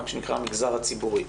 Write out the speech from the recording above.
מה שנקרא המגזר הציבורי.